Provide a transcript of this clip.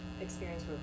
experience